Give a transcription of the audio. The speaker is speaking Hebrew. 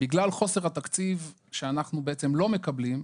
בגלל חוסר התקציב שאנחנו לא מקבלים,